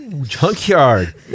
Junkyard